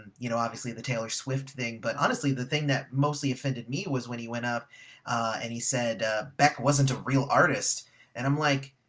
you know obviously the taylor swift thing, but honestly the thing that mostly offended me was when he went up and he said beck wasn't a real artist and i'm like,